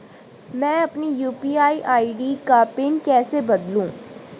मैं अपनी UPI ID का पिन कैसे बदलूं?